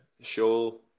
show